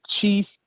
chief